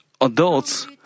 adults